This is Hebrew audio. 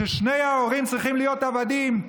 ששני ההורים צריכים להיות עבדים,